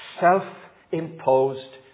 self-imposed